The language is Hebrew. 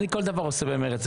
אני כל דבר עושה במרץ.